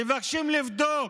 מבקשים לבדוק,